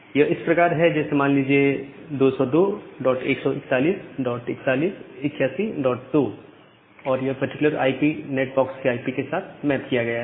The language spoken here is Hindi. यह इस प्रकार है जैसे मान लीजिए 202141812 और यह पर्टिकुलर आईपी नैट बॉक्स के आईपी के साथ मैप किया गया है